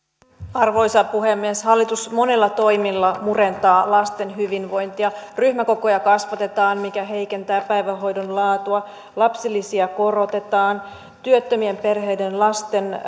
arvoisa puhemies hallitus monilla toimilla murentaa lasten hyvinvointia ryhmäkokoja kasvatetaan mikä heikentää päivähoidon laatua lapsilisiä korotetaan työttömien perheiden lasten